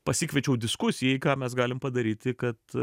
pasikviečiau diskusijai ką mes galim padaryti kad